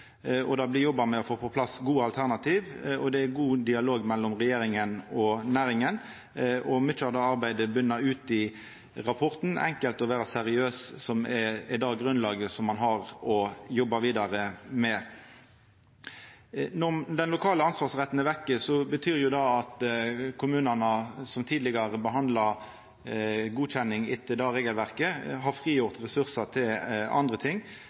Det blir jobba med å få på plass gode alternativ, og det er god dialog mellom regjeringa og næringa. Mykje av det arbeidet munna ut i rapporten Enkelt å være seriøs, som er det grunnlaget ein har å jobba vidare med. Når den lokale ansvarsretten er vekke, betyr det at kommunane, som tidlegare behandla godkjenning etter det regelverket, har frigjeve ressursar til andre ting.